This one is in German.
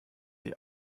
die